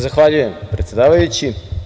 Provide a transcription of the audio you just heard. Zahvaljujem predsedavajući.